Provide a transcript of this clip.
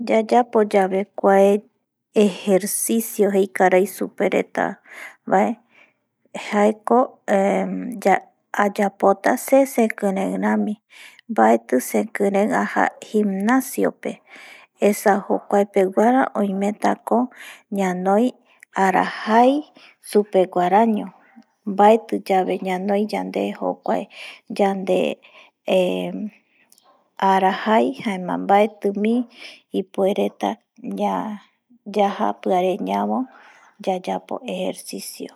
Yayapo yuave kuae ejercicio jei karai supe reta vae jaeko ayapota se, sekiren rami baeti sekiren aja gimnacio pe esa jokua peguara oimetako ñanoi ara jai supew guaraño baeti yabe ñanoi jokuae yande eh arajai jaema baeti mii ipuereta yaja piare ñabo yayapo ejercicio